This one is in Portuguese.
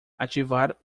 ativar